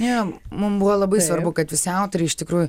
jo mum buvo labai svarbu kad visi autoriai iš tikrųjų